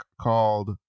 called